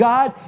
God